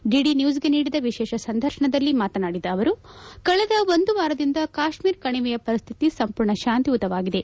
DD ನ್ಲೂಸ್ಗೆ ನೀಡಿದ ವಿಶೇಷ ಸಂದರ್ಶನದಲ್ಲಿ ಮಾತನಾಡಿದ ಅವರು ಕಳೆದ ಒಂದು ವಾರದಿಂದ ಕಾಶ್ನೀರ ಕಣಿವೆಯ ಪರಿಸ್ವಿತಿ ಸಂಪೂರ್ಣ ಶಾಂತಿಯುತವಾಗಿದೆ